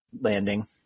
landing